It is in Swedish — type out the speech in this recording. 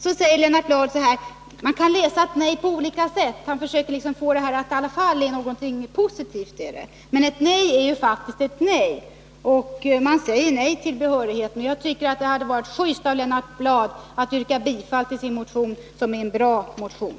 Så säger Lennart Bladh att man kan läsa ett nej på olika sätt. Han försöker liksom få det här till att i alla fall vara något positivt. Men ett nej är ju faktiskt ett nej, och man säger nej till behörigheten. Jag tycker att det hade varit just av Lennart Bladh att yrka bifall till sin motion, som är en bra motion.